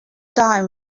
time